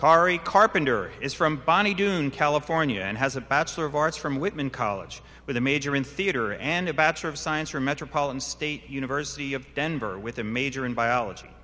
khary carpenter is from bonny doon california and has a bachelor of arts from whitman college with a major in theater and a bachelor of science from metropolitan state university of denver with a major in biology